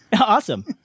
Awesome